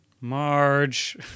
Marge